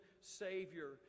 savior